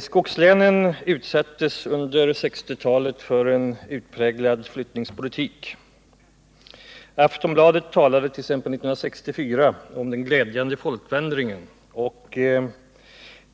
Skogslänen utsattes under 1960-talet för en utpräglad flyttningspolitik. Aftonbladet talade t.ex. 1964 om ”den glädjande folkvandringen”.